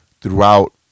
throughout